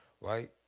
right